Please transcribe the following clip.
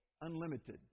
unlimited